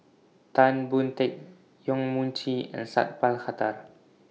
Tan Boon Teik Yong Mun Chee and Sat Pal Khattar